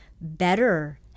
better